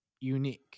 unique